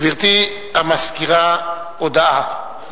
גברתי מזכירת הכנסת, הודעה.